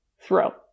throw